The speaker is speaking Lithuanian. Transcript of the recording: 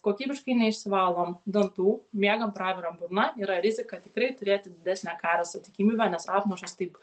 kokybiškai neišsivalom dantų miegam pravira burna yra rizika tikrai turėti didesnę karieso tikimybę nes apnašos taip